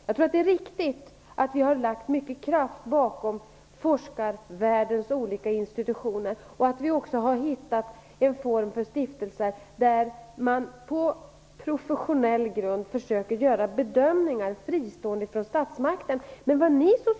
Jag tror att det är riktigt att vi har lagt mycket kraft bakom forskarvärldens olika institutioner och att vi också har hittat en form för stiftelser där man på professionell grund försöker göra bedömningar fristående från statsmakten.